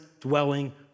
dwelling